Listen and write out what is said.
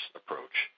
approach